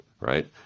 right